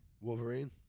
Wolverine